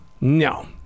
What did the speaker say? no